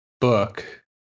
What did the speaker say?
book